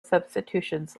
substitutions